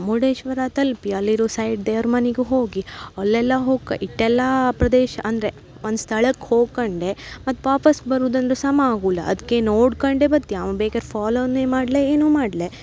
ಮುರ್ಡೇಶ್ವರ ತಲುಪಿ ಅಲ್ಲಿರೋ ಸೈಡ್ ದೇವ್ರ ಮನೆಗೂ ಹೋಗಿ ಅಲ್ಲೆಲ್ಲ ಹೋಗ್ ಇಷ್ಟೆಲ್ಲ ಪ್ರದೇಶ ಅಂದರೆ ಒಂದು ಸ್ಥಳಕ್ಕೆ ಹೋಕಂಡೆ ಮತ್ತೆ ವಾಪಸ್ ಬರುದಂದ್ರೆ ಸಮ ಆಗೋಲ್ಲ ಅದಕ್ಕೆ ನೋಡ್ಕೊಂಡೇ ಬತ್ತಿ ಅವ್ನು ಬೇಕಾರೆ ಫಾಲೋನೇ ಮಾಡ್ಲಿ ಏನೂ ಮಾಡ್ಲಿ